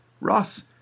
Ross